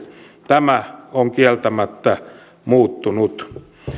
tämä on kieltämättä muuttunut